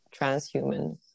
transhuman